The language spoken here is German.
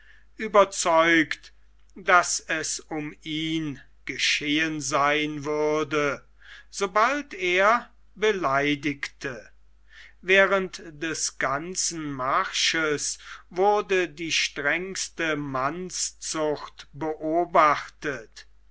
überzeugt daß es um ihn geschehen sein würde sobald er beleidigte während des ganzen marsches wurde die strengste mannszucht beobachtet